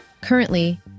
Currently